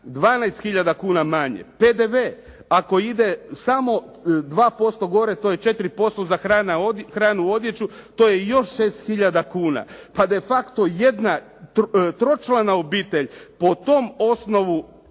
tisuća kuna manje. PDV ako ide samo 2% gore, to je 4% za hranu, odjeću, to je još 6 tisuća kuna. Pa de facto jedna tročlana obitelj po tom osnovu